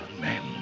men